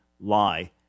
lie